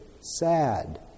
sad